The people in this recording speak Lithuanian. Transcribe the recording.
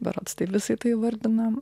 berods taip jisai tai įvardina